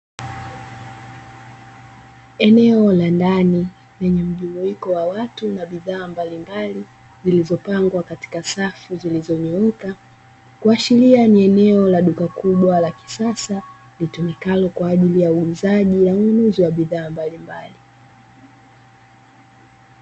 Eneo la ndani lenye mjumuiko wa watu na bidhaa mbalimbali zilizopangwa katika safu zilizonyooka, kuashiria ni eneo la duka kubwa la kisasa litumikalo kwa ajili ya uuzaji na ununuzi wa bidhaa mbalimbali.